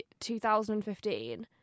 2015